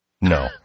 No